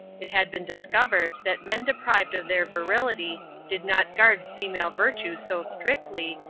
it had been discovered, that men deprived of their virility, did not guard female virtue so strictly,